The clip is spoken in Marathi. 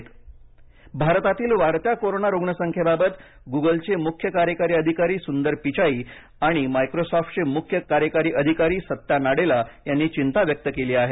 पिचाई नाडेला भारतातील वाढत्या कोरोना रुग्णसंख्येबाबत गूगलचे मुख्य कार्यकारी अधिकारी सुंदर पिचाई आणि मायक्रोसॉफ्टचे मुख्य कार्यकारी अधिकारी सत्या नाडेला यांनी चिंता व्यक्त केली आहे